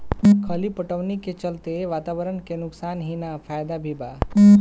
खली पटवनी के चलते वातावरण के नुकसान ही ना फायदा भी बा